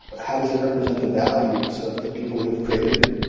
how does it represent the values of the people who've created them?